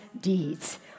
deeds